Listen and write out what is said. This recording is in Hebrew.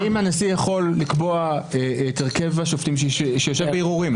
האם הנשיא יכול לקבוע את הרכב השופטים שיישב בערעורים?